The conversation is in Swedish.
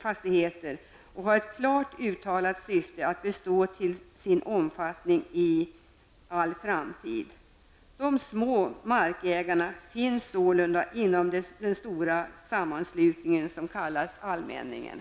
fastigheter, och det finns ett klart uttalat syfte att den skall bestå till sin omfattning i all framtid. De små markägarna finns sålunda inom den stora sammanslutning som kallas allmänningen.